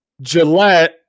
Gillette